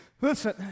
Listen